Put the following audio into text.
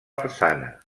façana